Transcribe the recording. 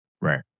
Right